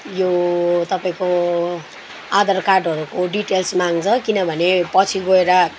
यो तपाईँको आधार कार्डहरूको डिटेल्स माग्छ किनभने पछि गएर